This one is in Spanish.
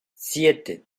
siete